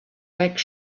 like